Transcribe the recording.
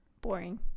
Boring